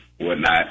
whatnot